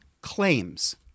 claims